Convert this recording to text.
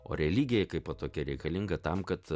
o religija kaip tokia reikalinga tam kad